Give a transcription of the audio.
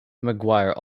mcguire